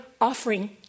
offering